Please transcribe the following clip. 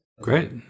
Great